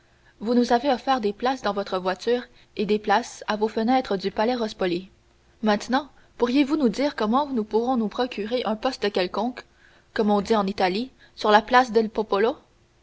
vous nous avez offert des places dans votre voiture et des places à vos fenêtres du palais rospoli maintenant pourriez-vous nous dire comment nous pourrons nous procurer un poste quelconque comme on dit en italie sur la place del